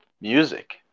music